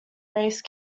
race